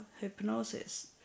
hypnosis